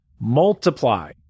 multiply